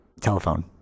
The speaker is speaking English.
Telephone